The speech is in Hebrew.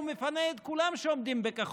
הוא מפנה את כל מי שעומדים בכחול-לבן,